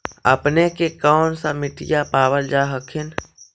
अपने के कौन सा मिट्टीया पाबल जा हखिन?